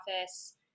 office